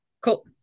Cool